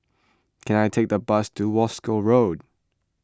can I take a bus to Wolskel Road